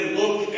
look